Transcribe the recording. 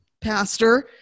pastor